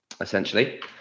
essentially